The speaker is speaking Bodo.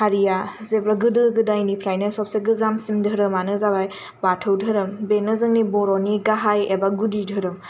हारिया जेब्ला गोदो गोदायनिफ्रायनो सबसे गोजामसिन धोरोमानो जाबाय बाथौ धोरोम बेनो जोंनि बर'नि गाहाय एबा गुदि धोरोम